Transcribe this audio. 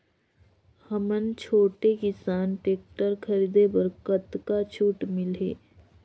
हमन छोटे किसान टेक्टर खरीदे बर कतका छूट मिलही?